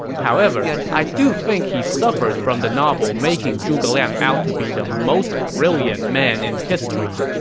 however, i do think he suffered from the novel making zhuge liang out to be the most brilliant man in history.